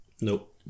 Nope